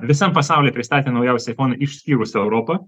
visam pasaulyje pristatė naujausią aifoną išskyrus europą